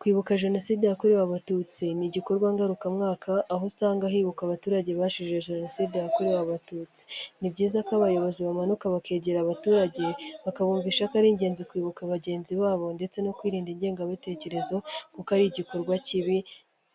Kwibuka jenoside yakorewe abatutsi n'igikorwa ngaruka mwaka aho usanga hibuka abaturage bazije jenoside yakorewe abatutsi, ni byiza ko abayobozi bamanuka bakegera abaturage bakabumvisha ko ar'ingenzi kwibuka bagenzi babo ndetse no kwirinda ingengabitekerezo, kuko ar'igikorwa kibi